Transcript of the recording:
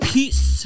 Peace